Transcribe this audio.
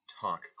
talk